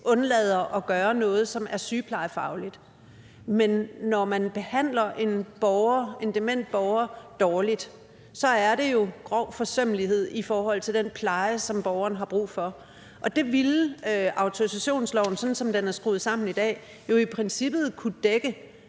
undlader at gøre noget, som er sygeplejefagligt. Men når man behandler en dement borger dårligt, er det jo grov forsømmelighed i forhold til den pleje, som borgeren har brug for, og det ville autorisationsloven, sådan som den er skruet sammen i dag, jo i princippet kunne dække,